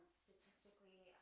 statistically